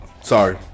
Sorry